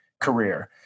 career